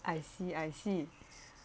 I see I see